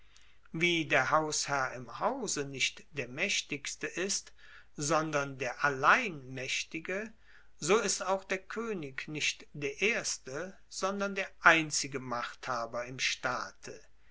wie der hausherr im hause nicht der maechtigste ist sondern der allein maechtige so ist auch der koenig nicht der erste sondern der einzige machthaber im staate